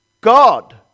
God